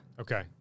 Okay